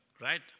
right